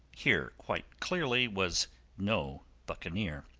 here, quite clearly, was no buccaneer.